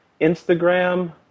Instagram